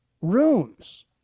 rooms